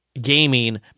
gaming